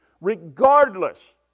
Regardless